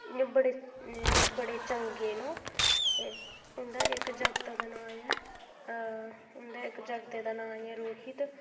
इ'यां बड़े इ'यां बड़े चंगे न ओह् उं'दा इक जागत दा नांऽ ऐ उं'दा इक जागत दा नांऽ ऐ रूही ते